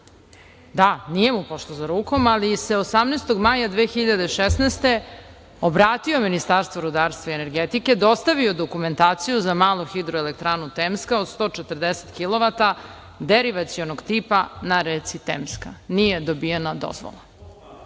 Da, nije mu pošlo za rukom, ali se 18. maja 2016. godine obratio Ministarstvu rudarstva i energetike, dostavio dokumentaciju za malu hidroelektranu „Temska“ od 140 kilovata derivacionog tipa na reci Temska. Nije dobijena dozvola.